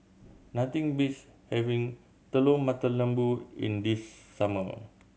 nothing beats having Telur Mata Lembu in the summer